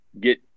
get